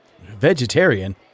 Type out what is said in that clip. Vegetarian